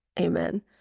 Amen